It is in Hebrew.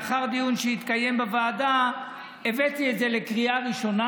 לאחר דיון שהתקיים בוועדה הבאתי את זה לקריאה ראשונה,